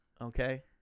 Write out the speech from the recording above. okay